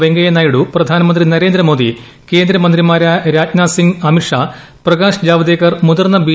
വെങ്കയ്യ നായിഡുക്കപ്പ്പ്പെട്ടനമന്ത്രി നരേന്ദ്ര മോദി കേന്ദ്ര മന്ത്രിമാരായ രാജ്നാഥ് സിംഗ് അമീൽ് ഷാ പ്രകാശ് ജാവ്ദേക്കർ മുതിർന്ന ബി